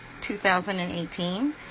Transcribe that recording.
2018